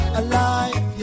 alive